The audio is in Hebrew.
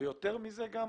ויותר מזה גם,